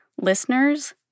listeners